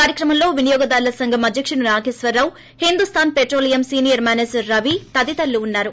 కార్యక్రమంలో వినియోగదారుల సంఘం అధ్యకుడు Nageswararao Hindustan petroleum senior manager Ravi తదితరులు వున్నారు